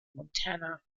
montana